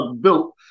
built